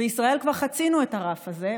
בישראל כבר חצינו את הרף הזה,